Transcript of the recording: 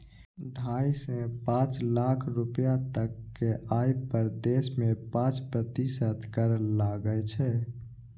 ढाइ सं पांच लाख रुपैया तक के आय पर देश मे पांच प्रतिशत कर लागै छै